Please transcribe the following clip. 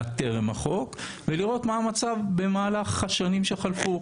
טרם החוק ולראות מה המצב במהלך השנים שחלפו.